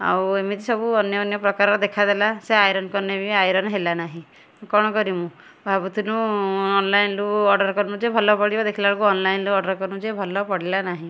ଆଉ ଏମିତି ସବୁ ଅନ୍ୟ ଅନ୍ୟ ପ୍ରକାରର ଦେଖାଗଲା ସେ ଆଇରନ୍ କନେ ବି ଆଇରନ୍ ହେଲା ନାହିଁ କଣ କରିମୁ ଭାବୁଥିନୁ ଅନ୍ଲାଇନ୍ରୁ ଅର୍ଡ଼ର୍ କନୁ ଯେ ଭଲ ପଡ଼ିବ ଦେଖିଲାବେଳକୁ ଅନ୍ଲାଇନ୍ରୁ ଅର୍ଡ଼ର୍ କନୁ ଯେ ଭଲ ପଡ଼ିଲା ନାହିଁ